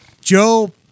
Joe